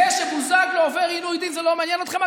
זה שבוזגלו עובר עינוי דין, זה לא מעניין אתכם.